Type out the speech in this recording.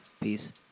Peace